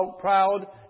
proud